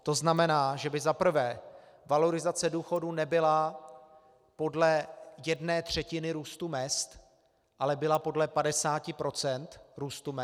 To znamená, že by za prvé valorizace důchodů nebyla podle jedné třetiny růstu mezd, ale byla podle 50 % růstu mezd.